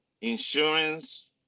insurance